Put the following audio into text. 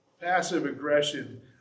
Passive-aggression